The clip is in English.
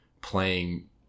playing